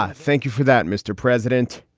ah thank you for that, mr. president.